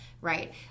right